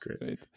Great